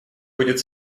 будет